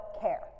care